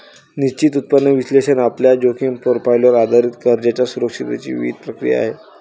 निश्चित उत्पन्न विश्लेषण आपल्या जोखीम प्रोफाइलवर आधारित कर्जाच्या सुरक्षिततेची विहित प्रक्रिया आहे